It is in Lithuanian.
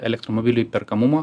elektromobilių įperkamumą